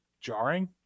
jarring